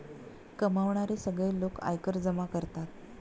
कमावणारे सगळे लोक आयकर जमा करतात